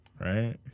right